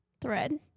thread